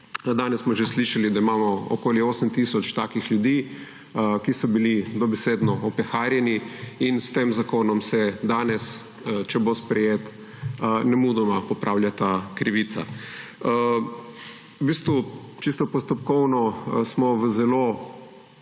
Danes smo že slišali, da imamo okoli 8 tisoč takih ljudi, ki so bili dobesedno opeharjeni. S tem zakonom, če bo sprejet, se danes nemudoma popravlja ta krivica. V bistvu smo čisto postopkovno v zelo